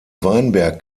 weinberg